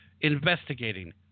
investigating